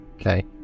Okay